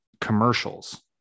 commercials